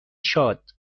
شاد